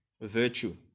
virtue